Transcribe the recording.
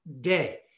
day